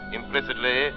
implicitly